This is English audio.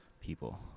people